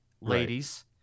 ladies